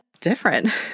different